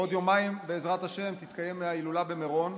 בעוד יומיים, בעזרת השם, תתקיים ההילולה במירון.